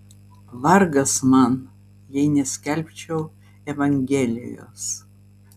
vargas man jei neskelbčiau evangelijos